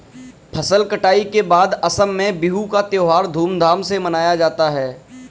फसल कटाई के बाद असम में बिहू का त्योहार धूमधाम से मनाया जाता है